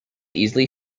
easily